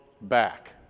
back